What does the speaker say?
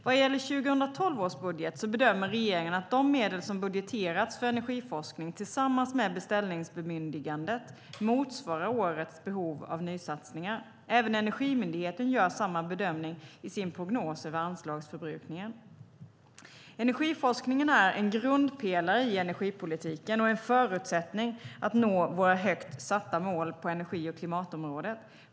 Vad gäller 2012 års budget bedömer regeringen att de medel som budgeterats för energiforskning tillsammans med beställningsbemyndigandet motsvarar årets behov av nysatsningar. Även Energimyndigheten gör samma bedömning i sin prognos över anslagsförbrukningen. Energiforskningen är en grundpelare i energipolitiken och en förutsättning för att nå våra högt satta mål på energi och klimatområdet.